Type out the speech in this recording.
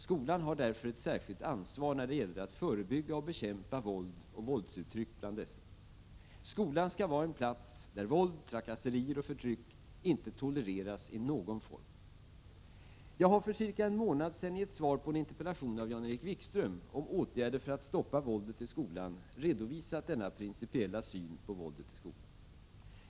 Skolan har därför ett särskilt ansvar när det gäller att förebygga och bekämpa våld och våldsuttryck bland dessa. Skolan skall vara en plats där våld, trakasserier och förtryck inte tolereras i någon form. Jag har för cirka en månad sedan i ett svar på en interpellation av Jan-Erik 5 Wikström om åtgärder för att stoppa våldet i skolan redovisat denna principiella syn på våldet i skolan.